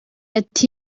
ati